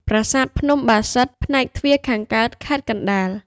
ប្រាសាទភ្នំបាសិទ្ធ (ផ្នែកទ្វារខាងកើត) (ខេត្តកណ្តាល)។